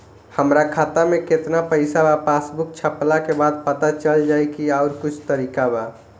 हमरा खाता में केतना पइसा बा पासबुक छपला के बाद पता चल जाई कि आउर कुछ तरिका बा?